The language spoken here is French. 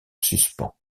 suspens